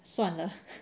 算了